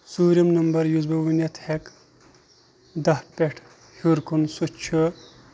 ژوٗرِم نَمبر یُس بہٕ ؤنِتھ ہٮ۪کہٕ دہ پٮ۪ٹھ ہیور کُن سُہ چھُ